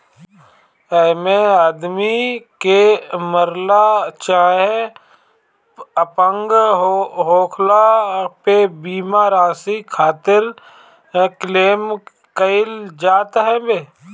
एमे आदमी के मरला चाहे अपंग होखला पे बीमा राशि खातिर क्लेम कईल जात हवे